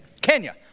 Kenya